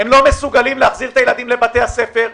הם לא מסוגלים להחזיר את הילדים לבתי הספר,